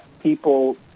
People